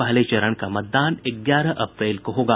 पहले चरण का मतदान ग्यारह अप्रैल को होगा